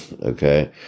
okay